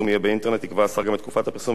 יקבע השר גם את תקופת הפרסום ואת הדרכים שימנעו,